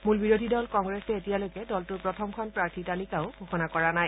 মূল বিৰোধী দল কংগ্ৰেছ এতিয়ালৈকে দলটোৰ প্ৰথমখন প্ৰাৰ্থীৰ তালিকাও ঘোষণা কৰা নাই